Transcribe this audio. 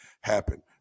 happen